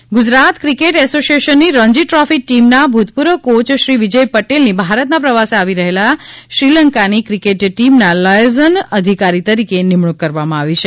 liaison અધિકારી Gujarat cricket એસોસીએશનની Ranji trophy ટીમના ભૂતપૂર્વ કોચ શ્રી વિજય પટેલની ભારતના પ્રવાસે આવી રહેલી શ્રીલંકાની ક્રિકેટ ટીમના લાયેઝન અધિકારી તરીકે નિમણુંક કરવામાં આવી છે